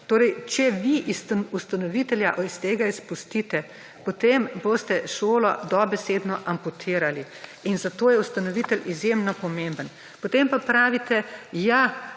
Torej če vi ustanovitelja iz tega izpustite, potem boste šolo dobesedno amputirali. In zato je ustanovitelj izjemno pomemben. Potem pa pravite, ja,